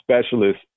specialist